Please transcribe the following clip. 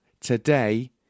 Today